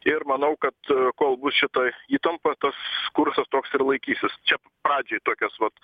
ir manau kad kol bus šita įtampa tas kursas toks ir laikysis čia pradžiai tokios vat